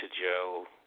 Joe